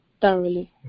thoroughly